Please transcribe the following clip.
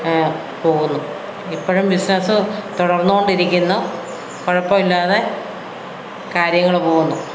പോകുന്നു ഇപ്പോഴും ബിസിനസ്സ് തുടർന്നു കൊണ്ടിരിക്കുന്നു കുഴപ്പമില്ലാതെ കാര്യങ്ങൾ പോകുന്നു